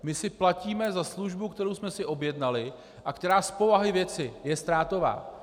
My si platíme za službu, kterou jsme si objednali a která z povahy věci je ztrátová.